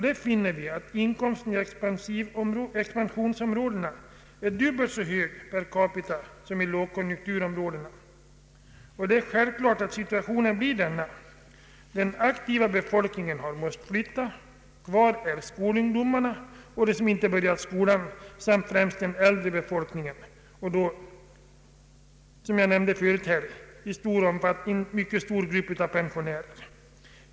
Där finner vi att inkomsten i expansionsområdena är dubbelt så hög per capita som i lågkonjunkturområdena. Det är självklart att situationen blir denna. Den aktiva befolkningen har måst flytta. Kvar är skolungdomarna, de som inte har börjat skolan samt främst den äldre befolkningen och då, såsom jag nämnde förut, en stor grupp av pensionärer.